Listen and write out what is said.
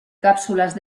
cápsulas